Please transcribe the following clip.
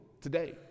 today